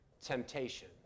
temptation